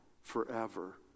forever